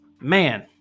Man